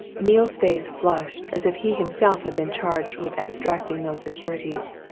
neale's face flushed as if he himself had been charged with abstracting those securities.